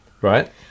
Right